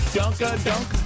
dunk-a-dunk